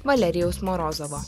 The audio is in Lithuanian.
valerijaus morozovo